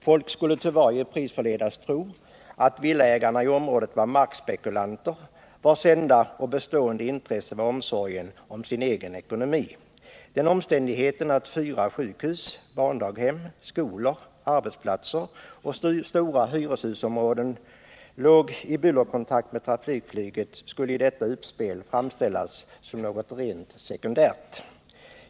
Folk skulle till varje pris förledas tro att villaägarna i området var markspekulanter, vilkas enda och bestående intresse var omsorgen om sin egen ekonomi. Den omständigheten att fyra sjukhus, barndaghem, skolor, arbetsplatser och stora hyreshusområden ligger i bullerkontakt med trafikflyget skulle i detta uppspel framställas som något rent sekundärt.